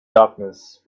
darkness